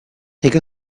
take